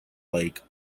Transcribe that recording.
lake